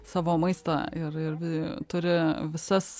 savo maistą ir ir turi visas